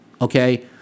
Okay